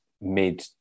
mid